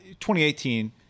2018